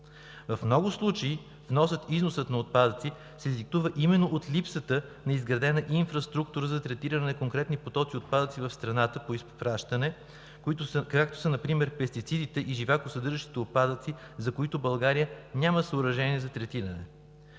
В много случаи вносът/износът на отпадъци се диктува именно от липсата на изградена инфраструктура за третиране на конкретен поток отпадъци в страната по изпращане, каквито са например пестицидите и живаксъдържащи отпадъци, за които България няма съоръжения за третиране.